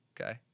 Okay